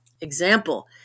Example